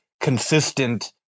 consistent